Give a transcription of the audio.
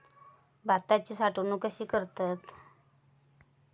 भाताची साठवूनक कशी करतत?